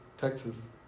Texas